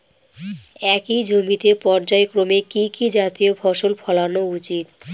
একই জমিতে পর্যায়ক্রমে কি কি জাতীয় ফসল ফলানো উচিৎ?